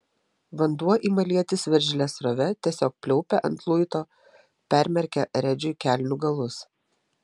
vanduo ima lietis veržlia srove tiesiog pliaupia ant luito permerkia redžiui kelnių galus